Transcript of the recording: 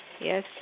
Yes